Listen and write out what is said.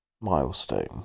milestone